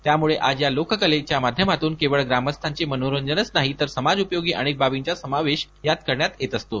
त्यामुळे आज या लोककलेचा माध्यमातून केवळ ग्रामस्थांचे मनोरंजन नाही तर समाज उपयोगी अनेक बाबींचा समावेश यात करण्यात येत असतो